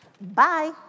bye